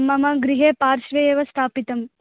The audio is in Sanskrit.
मम गृहे पार्श्वे एव स्थापितम्